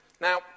Now